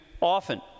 often